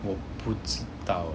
我不知道